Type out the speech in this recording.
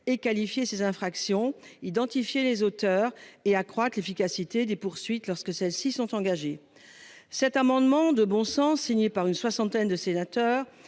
et qualifier ces infractions identifier les auteurs et accroître l'efficacité des poursuites lorsque celles-ci sont engagés. Cet amendement de bon sens signée par une soixantaine de sénateurs